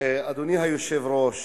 אדוני היושב-ראש,